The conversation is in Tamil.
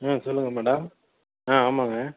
ம் சொல்லுங்கள் மேடம் ஆ ஆமாங்க